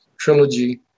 trilogy